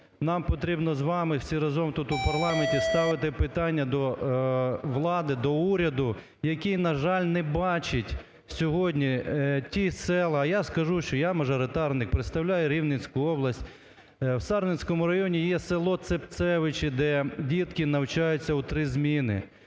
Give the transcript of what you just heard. нам потрібно з вами всім разом тут у парламенті ставити питання до влади, до уряду, який, на жаль, не бачить сьогодні ті села… а я скажу, що я – мажоритарник, представляю Рівненську область. У Сарницькому районі є село Цепцевичі, де дітки навчаються у три зміни.